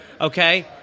okay